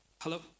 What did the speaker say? Hello